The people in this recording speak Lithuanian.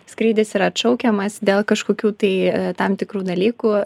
skrydis yra atšaukiamas dėl kažkokių tai tam tikrų dalykų